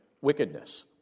wickedness